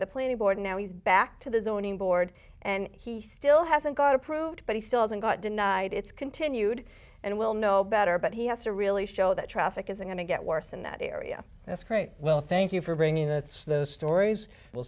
the planning board now he's back to the zoning board and he still hasn't got approved but he still hasn't got denied it's continued and we'll know better but he has to really show that traffic is going to get worse in that area that's great well thank you for bringing us those stories we'll